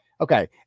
Okay